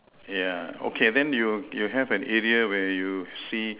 yeah okay then you you have an area where you see